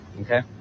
okay